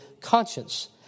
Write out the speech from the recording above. conscience